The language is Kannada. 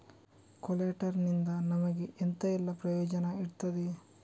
ಕೊಲ್ಯಟರ್ ನಿಂದ ನಮಗೆ ಎಂತ ಎಲ್ಲಾ ಪ್ರಯೋಜನ ಇರ್ತದೆ?